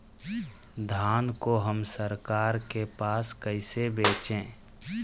धान को हम सरकार के पास कैसे बेंचे?